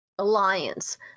alliance